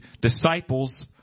disciples